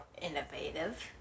innovative